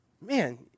man